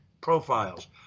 profiles